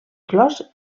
flors